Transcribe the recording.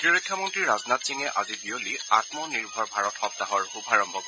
প্ৰতিৰক্ষা মন্ত্ৰী ৰাজনাথ সিঙে আজি বিয়লি আত্ম নিৰ্ভৰ ভাৰত সগ্তাহৰ শুভাৰম্ভ কৰিব